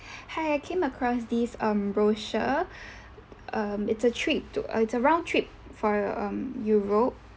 hi I came across this um brochure um it's a trip to it's a round trip for um europe